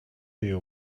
you